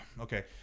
okay